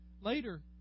Later